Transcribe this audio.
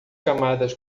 camadas